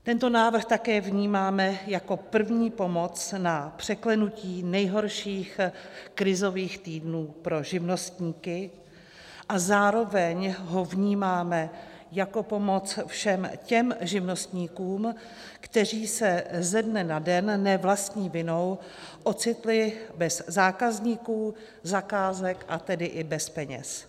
Tento návrh také vnímáme jako první pomoc na překlenutí nejhorších krizových týdnů pro živnostníky a zároveň ho vnímáme jako pomoc všem těm živnostníkům, kteří se ze dne na den ne vlastní vinou ocitli bez zákazníků, zakázek, a tedy i bez peněz.